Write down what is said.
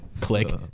Click